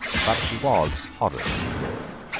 but she was horribly good.